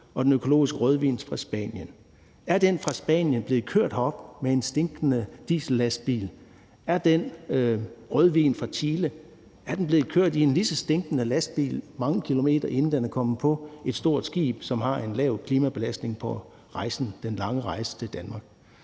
og den økologiske rødvin fra Spanien. Er den fra Spanien blevet kørt herop i en stinkende diesellastbil? Er den fra Chile blevet kørt i en lige så stinkende lastbil mange kilometer, inden den er kommet på et stort skib, som har en lav klimabelastning, på den lange rejse til Danmark?